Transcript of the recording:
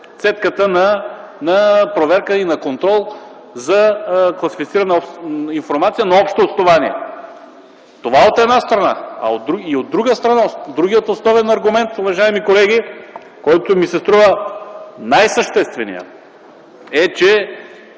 цедката на проверка и на контрол за класифицирана информация на общо основание. Това е от една страна. От друга страна, другият основен аргумент, уважаеми колеги, който ми се струва най-съществения, е, че